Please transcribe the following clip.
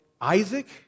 Isaac